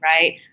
right